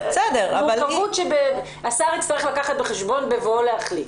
המורכבות שהשר יצטרך לקחת בחשבון בבואו להחליט.